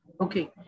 Okay